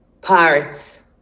parts